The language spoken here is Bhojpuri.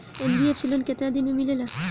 एन.बी.एफ.सी लोन केतना दिन मे मिलेला?